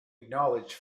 acknowledged